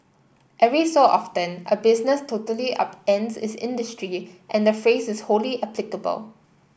every so often a business totally upends its industry and the phrase is wholly applicable